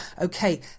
Okay